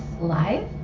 live